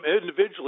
individually